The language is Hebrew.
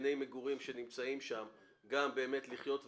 בנייני מגורים שנמצאים שם גם באמת לחיות ולהתפתח.